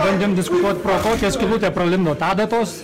bandėm diskutuot kokią skylutę pralindot adatos